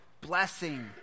Blessing